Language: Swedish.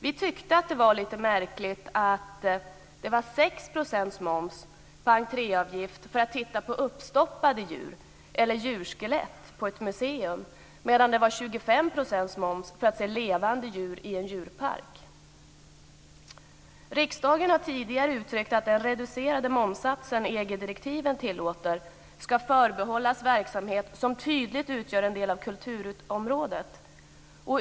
Vi tyckte att det var lite märkligt att det var 6 % moms på entréavgiften för att titta på uppstoppade djur eller djurskelett på ett museum medan det var 25 % för att se levande djur i en djurpark. Riksdagen har tidigare uttryckt att den reducerade momssats som EG-driektiven tillåter ska förbehållas verksamhet som tydligt utgör en del av kulturområdet.